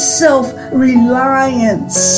self-reliance